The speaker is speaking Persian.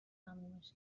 تمومش